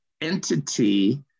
entity